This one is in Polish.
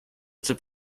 czy